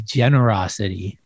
generosity